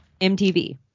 MTV